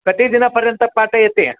कतिदिनपर्यन्तं पाठयति